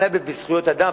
אמנה בדבר זכויות אדם,